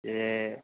जे